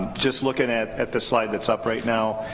just looking at at the slide that's up right now,